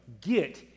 get